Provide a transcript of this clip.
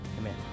Amen